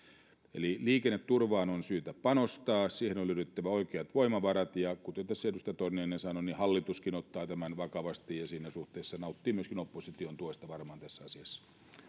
eli liikenneturvaan on syytä panostaa siihen on löydyttävä oikeat voimavarat ja kuten tässä edustaja torniainen sanoi hallituskin ottaa tämän vakavasti ja siinä suhteessa nauttii varmaan myöskin opposition tukea tässä asiassa